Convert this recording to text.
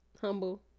humble